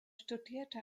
studierte